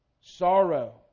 Sorrow